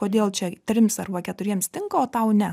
kodėl čia trims arba keturiems tinka o tau ne